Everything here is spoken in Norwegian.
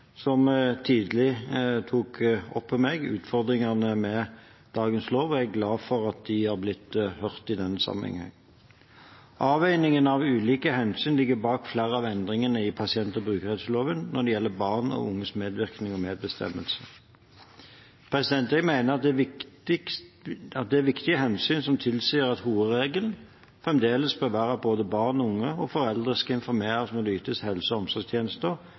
som tidlig tok opp med meg utfordringene med dagens lov, og jeg er glad for at de har blitt hørt i denne sammenhengen. Avveiningen av ulike hensyn ligger bak flere av endringene i pasient- og brukerrettighetsloven når det gjelder barn og unges medvirkning og medbestemmelse. Jeg mener det er viktige hensyn som tilsier at hovedregelen fremdeles bør være at både barn og unge og foreldre skal informeres når det ytes helse- og omsorgstjenester